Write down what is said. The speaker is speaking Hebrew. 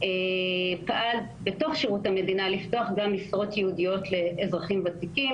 פעל בתוך שירות המדינה לפתוח גם משרות ייעודיות לאזרחים ותיקים.